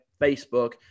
facebook